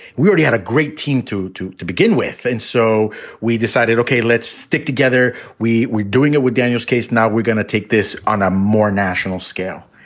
we really had a great team to to to begin with. and so we decided, ok, let's stick together. we were doing it with daniel's case. now we're going to take this on a more national scale.